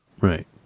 right